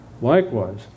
Likewise